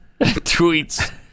tweets